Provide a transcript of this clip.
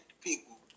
people